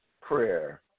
Prayer